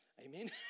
Amen